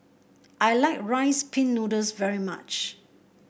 I like Rice Pin Noodles very much